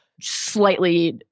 slightly